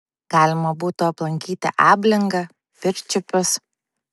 galima būtų aplankyti ablingą pirčiupius